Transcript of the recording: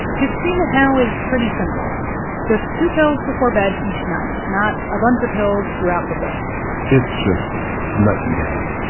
his treatment now is pretty simple just two pills before bed each night, not a bunch of pills throughout the day it's just night and day.